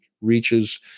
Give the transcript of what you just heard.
reaches